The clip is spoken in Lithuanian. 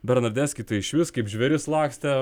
bernadeski kiti išvis kaip žvėris lakstė